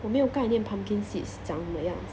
我没有概念 pumpkin seeds 长什么样子